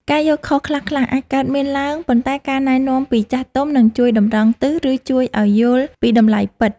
ការយល់ខុសខ្លះៗអាចកើតមានឡើងប៉ុន្តែការណែនាំពីចាស់ទុំនឹងជួយតម្រង់ទិស ឬជួយឱ្យយល់ពីតម្លៃពិត។